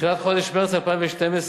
בתחילת חודש מרס 2012,